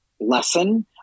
lesson